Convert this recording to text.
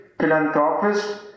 philanthropist